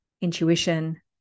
intuition